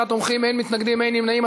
49 תומכים, אין מתנגדים, אין נמנעים.